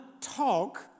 talk